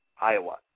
Iowa